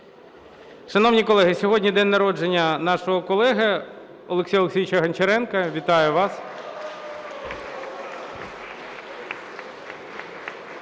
Шановні колеги, сьогодні день народження нашого колеги Олексія Олексійовича Гончаренка. Вітаю вас!